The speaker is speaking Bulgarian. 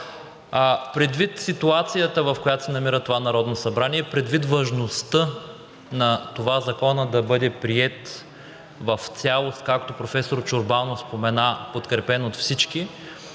Предвид ситуацията, в която се намира това Народно събрание, и предвид важността на това Законът да бъде приет в цялост, както професор Чорбанов спомена – подкрепен от всички,